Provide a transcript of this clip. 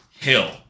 hill